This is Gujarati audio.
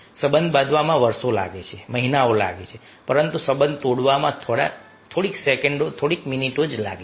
સંબંધ બાંધવામાં વર્ષો લાગે છે મહિનાઓ લાગે છે પરંતુ સંબંધ તોડવામાં થોડીક સેકન્ડો થોડી મિનિટો લાગે છે